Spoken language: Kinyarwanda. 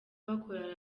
bakora